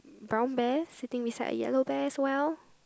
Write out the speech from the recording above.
brown bear sitting beside a yellow bear as well